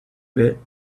bit